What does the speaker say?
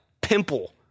pimple